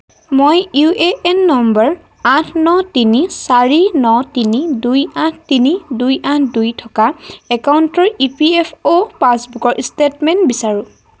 মই U A N number আঠ ন তিনি চাৰি ন তিনি দুই আঠ তিনি দুই আঠ দুই থকা একাউণ্টৰ ই পি এফ অ' পাছবুকৰ ষ্টেটমেণ্ট বিচাৰোঁ